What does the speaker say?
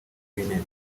w’intebe